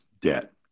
debt